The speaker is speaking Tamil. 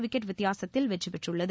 விக்கெட் வித்தியாசத்தில் வெற்றி பெற்றுள்ளது